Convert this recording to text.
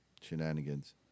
shenanigans